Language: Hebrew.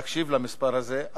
להקשיב למספר הזה,